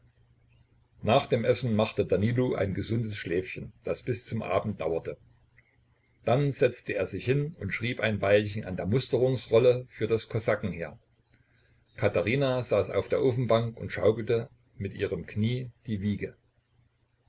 nach dem essen machte danilo ein gesundes schläfchen das bis zum abend dauerte dann setzte er sich hin und schrieb ein weilchen an der musterungsrolle für das kosakenheer katherina saß auf der ofenbank und schaukelte mit ihrem knie die wiege